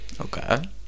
Okay